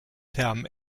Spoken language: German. term